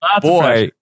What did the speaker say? boy